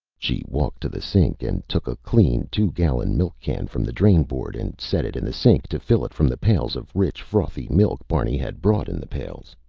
she walked to the sink and took a clean, two-gallon milk can from the drainboard and set it in the sink to fill it from the pails of rich, frothy milk barney had brought in the pails.